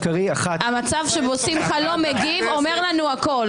המצב שבו שמחה לא מגיב אומר לנו הכול.